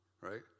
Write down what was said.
right